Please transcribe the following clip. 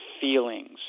feelings